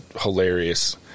hilarious